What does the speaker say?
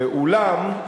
האולם,